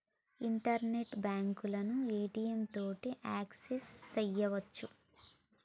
internet బాంకులను ATM తోటి access సెయ్యొచ్చు